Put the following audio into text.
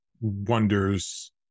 wonders